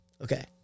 Okay